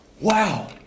Wow